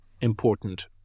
important